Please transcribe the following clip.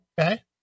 Okay